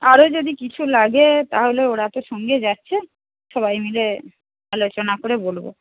আরো যদি কিছু লাগে তাহলে ওরা তো সঙ্গে যাচ্ছে সবাই মিলে আলোচনা করে বলব